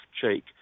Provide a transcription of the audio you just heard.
cheek